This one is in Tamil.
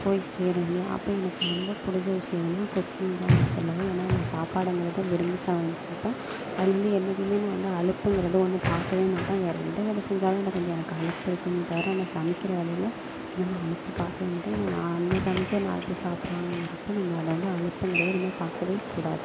போய் சேரும் நீ அப்போ எனக்கு ரொம்ப பிடித்த விஷயம் எதுனா குக்கிங் தான் நான் சொல்லுவேன் ஏன்னா நான் சாப்பாடுங்கறதை விரும்பி சமைப்பேன் அதில் வந்து என்றைக்குமே நான் வந்து அலுப்புங்கறது ஒன்று பார்க்க மாட்டேன் வேறு எந்த வேலை செஞ்சாலும் அதில் கொஞ்சம் எனக்கு அலுப்பு இருக்கும் தவிர இந்த சமைக்கிற வேலையில் ஏன்னா நான் அலுப்பு பார்க்க மாட்டேன் ஏன்னா நம்ம சமைத்தால் நாலுப்பேர் சாப்படறாங்கங்குறப்ப நம்ம அதில் வந்து அலுப்புங்கறதை நம்ம பார்க்க கூடாது